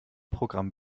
programm